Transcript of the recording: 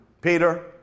Peter